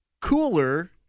cooler